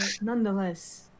nonetheless